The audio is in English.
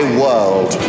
world